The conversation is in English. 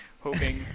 hoping